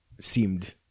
seemed